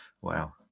Wow